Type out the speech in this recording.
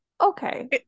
okay